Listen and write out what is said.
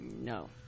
No